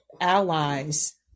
allies